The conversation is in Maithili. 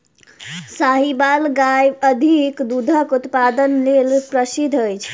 साहीवाल गाय अधिक दूधक उत्पादन लेल प्रसिद्ध अछि